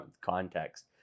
context